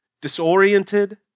disoriented